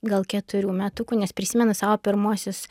gal keturių metukų nes prisimenu savo pirmuosius